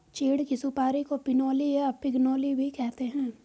चीड़ की सुपारी को पिनोली या पिगनोली भी कहते हैं